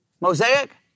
Mosaic